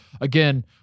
again